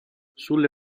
sulle